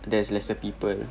there's lesser people